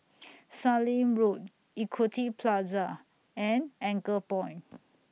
Sallim Road Equity Plaza and Anchorpoint